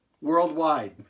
worldwide